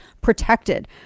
protected